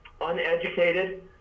uneducated